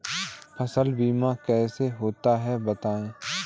फसल बीमा कैसे होता है बताएँ?